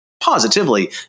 positively